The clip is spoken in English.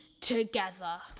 together